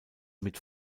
mit